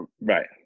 Right